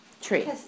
tree